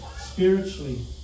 spiritually